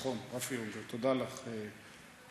נכון, רפי אונגר, תודה לך, חברתי.